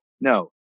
No